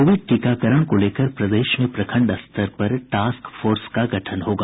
Covid टीकाकरण को लेकर प्रदेश में प्रखंड स्तर पर टास्क फोर्स का गठन होगा